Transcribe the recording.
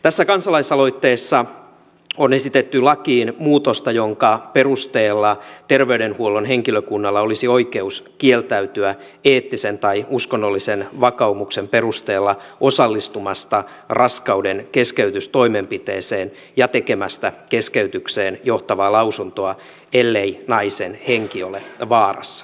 tässä kansalaisaloitteessa on esitetty lakiin muutosta jonka perusteella terveydenhuollon henkilökunnalla olisi oikeus kieltäytyä eettisen tai uskonnollisen vakaumuksen perusteella osallistumasta raskaudenkeskeytystoimenpiteeseen ja tekemästä keskeytykseen johtavaa lausuntoa ellei naisen henki ole vaarassa